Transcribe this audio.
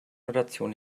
notation